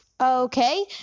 Okay